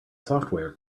software